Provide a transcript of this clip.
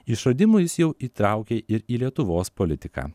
išradimų jis jau įtraukė ir į lietuvos politiką